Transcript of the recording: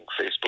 Facebook